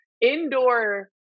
indoor